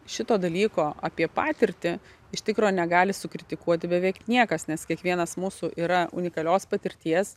šito dalyko apie patirtį iš tikro negali sukritikuoti beveik niekas nes kiekvienas mūsų yra unikalios patirties